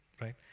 Right